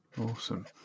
awesome